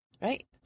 Right